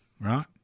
right